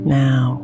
now